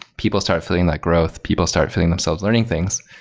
people start filling that growth. people start filling themselves learning things.